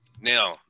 Now